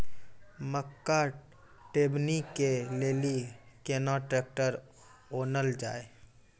मक्का टेबनी के लेली केना ट्रैक्टर ओनल जाय?